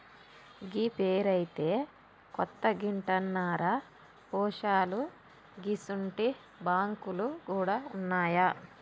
గీ పేరైతే కొత్తగింటన్నరా పోశాలూ గిసుంటి బాంకులు గూడ ఉన్నాయా